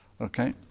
Okay